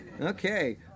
okay